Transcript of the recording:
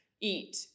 eat